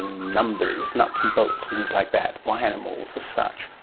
numbers, nuts and bolts and things like that? why animals as such?